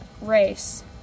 race